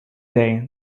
day